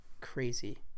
crazy